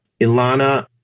Ilana